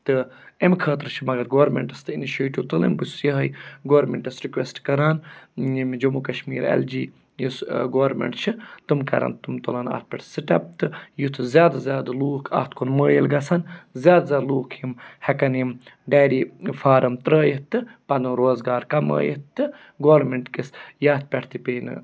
تہٕ اَمہِ خٲطرٕ چھِ مگر گورمٮ۪نٛٹَس تہٕ اِنٕشیٹِو تُلٕنۍ بہٕ چھُس یِہٕے گورمٮ۪نٛٹَس رِکوٮ۪سٹ کَران ییٚمہِ جموں کشمیٖر اٮ۪ل جی یُس گورمٮ۪نٛٹ چھِ تِم کَرَن تٕم تُلَن اَتھ پٮ۪ٹھ سٹٮ۪پ تہٕ یُتھ زیادٕ زیادٕ لوٗکھ اَتھ کُن مٲیِل گژھن زیادٕ زیادٕ لوٗکھ یِم ہٮ۪کَن یِم ڈایری فارَم ترٛٲیِتھ تہٕ پَنُن روزگار کَمایِتھ تہٕ گورمٮ۪نٛٹ کِس یَتھ پٮ۪ٹھ تہِ پیٚیہِ نہٕ